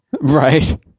Right